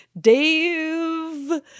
Dave